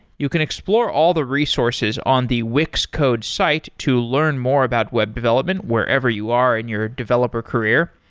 you can explore all the resources on the wix code site to learn more about web development wherever you are in your developer career.